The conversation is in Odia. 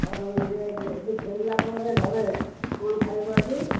ହଉ ଏ ଯେଉଁ ଫେରିଲା ପରେ ଘରେ କ'ଣ ଖାଇବୁ ଆଜି